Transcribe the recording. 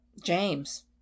James